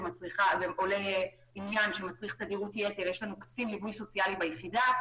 שעולה עניין שמצריך תדירות יתר יש קצין ליווי סוציאלי ביחידה,